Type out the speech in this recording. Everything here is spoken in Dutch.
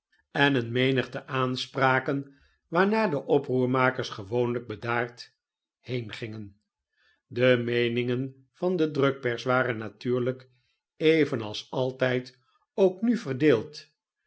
en eene menigte aanspraken waarna de oproermakers gewoonlijk bedaard heengingen de meeningen van de drukpers waren natuurlijk evenals altijd ook nu verdeeld